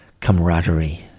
camaraderie